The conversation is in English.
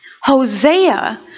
Hosea